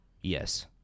Yes